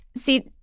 see